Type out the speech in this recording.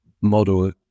model